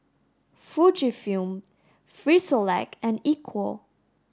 Fujifilm Frisolac and Equal